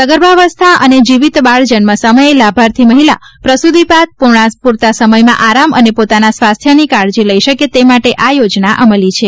સગર્ભાવસ્થા અને જીવિત બાળ જન્મ સમયે લાભાર્થી મહિલા પ્રસુતિ બાદ પૂરતા પ્રમાણમાં આરામ અને પોતાના સ્વાસ્થ્યની કાળજી લઇ શકે તે માટે આ યોજના અમલી બની છે